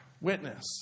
witness